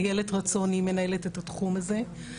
איילת רצון מנהלת את התחום הזה.